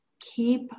Keep